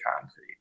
concrete